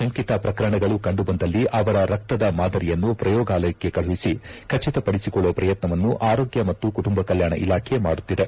ಶಂಕಿತ ಪ್ರಕರಣಗಳು ಕಂಡುಬಂದಲ್ಲಿ ಅವರ ರಕ್ತದ ಮಾದರಿಯನ್ನು ಪ್ರಯೋಗಾಲಯಕ್ಕೆ ಕಳುಹಿಸಿ ಖಚಿತಪಡಿಸಿಕೊಳ್ಳುವ ಪ್ರಯತ್ನವನ್ನು ಆರೋಗ್ಟ ಮತ್ತು ಕುಟುಂಬ ಕಲ್ಬಾಣ ಇಲಾಖೆ ಮಾಡುತ್ತಿದೆ